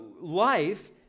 life